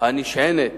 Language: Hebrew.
הנשענת